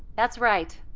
that's right!